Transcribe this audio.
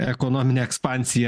ekonominę ekspansiją